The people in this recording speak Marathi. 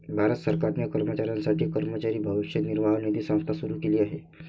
भारत सरकारने कर्मचाऱ्यांसाठी कर्मचारी भविष्य निर्वाह निधी संस्था सुरू केली आहे